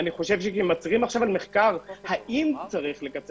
אני חושב שכשמדברים פה על מחקר האם צריך לקצר